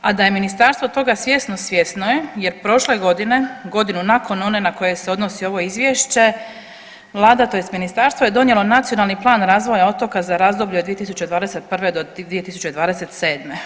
A da je ministarstvo toga svjesno, svjesno je jer prošle godine, godinu nakon one na koje se odnosi ovo izvješće vlada tj. ministarstvo je donijelo Nacionalni plan razvoja otoka za razdoblje 2021.-2027.